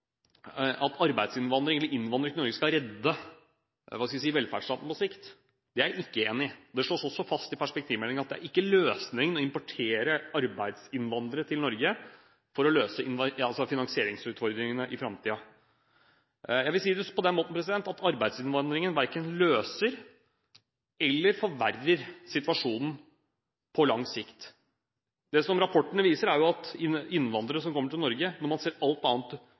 hatt arbeidsinnvandring. Det har vært et gode på kort sikt for Norge. Noen sier at innvandringen til Norge skal redde velferdsstaten på sikt. Det er jeg ikke enig i. Det slås også fast i perspektivmeldingen at å importere arbeidsinnvandrere til Norge ikke er løsningen på finansieringsutfordringene i framtiden. Jeg vil si det på den måten at arbeidsinnvandringen verken løser eller forverrer situasjonen på lang sikt. Rapporten viser at innvandrere som kommer til Norge – når man ser alt annet